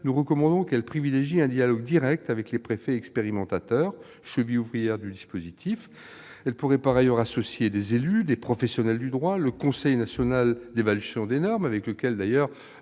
par le ministère privilégie un dialogue direct avec les préfets expérimentateurs, chevilles ouvrières du dispositif. Elle pourrait par ailleurs associer des élus, des professionnels du droit, de même que le Conseil national d'évaluation des normes applicables